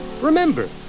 Remember